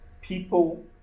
People